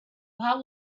how